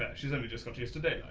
she's only just got used to daylight.